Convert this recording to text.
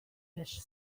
fish